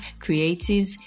creatives